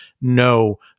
no